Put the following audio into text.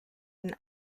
and